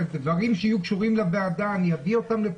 כי